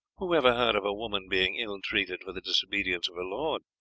who ever heard of a woman being ill-treated for the disobedience of her lord?